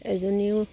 এজনীও